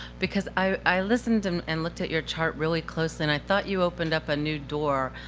because i listened um and looked at your chart really closely, and i thought you opened up a new door,